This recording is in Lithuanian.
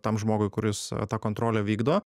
tam žmogui kuris tą kontrolę vykdo